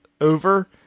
over